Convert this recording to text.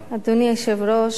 אדוני היושב-ראש,